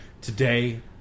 Today